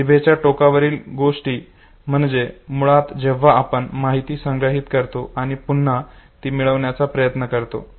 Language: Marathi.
जिभेच्या टोकावरील गोष्टी म्हणजे मुळात जेव्हा आपण माहिती संग्रहित करतो आणि पुन्हा ती मिळविण्याचा प्रयत्न करतो